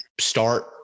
start